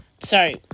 Sorry